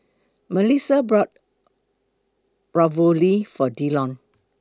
Mellissa bought Ravioli For Dillon